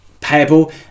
payable